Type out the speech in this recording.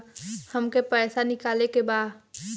हमके पैसा निकाले के बा